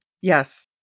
Yes